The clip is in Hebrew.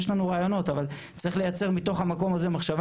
יש לנו רעיונות אבל צריך לייצר מתוך המקום הזה מחשבה